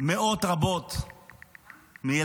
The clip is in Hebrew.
מאות רבות מילדינו,